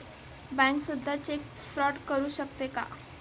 Bank सुद्धा cheque fraud करू शकते का?